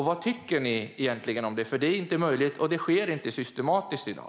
Vad tycker ni egentligen om det, Sultan Kayhan? Det är nämligen inte möjligt och sker inte systematiskt i dag.